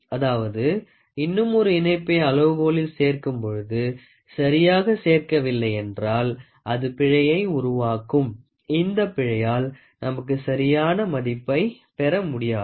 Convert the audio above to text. அதாவது இன்னும் ஒரு இணைப்பை அளவுகோலில் சேர்க்கும் பொழுது சரியாக சேர்க்கவில்லை என்றால் அது பிழையை உருவாக்கும் இந்த பிழையால் நமக்கு சரியான மதிப்பை பெற முடியாது